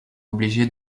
obligé